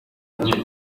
muri